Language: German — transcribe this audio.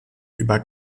über